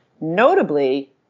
notably